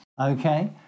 Okay